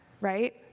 right